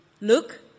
Look